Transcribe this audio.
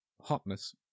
Hotness